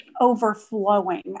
overflowing